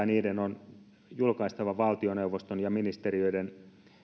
niiden on julkaistava valtioneuvoston ja ministeriöiden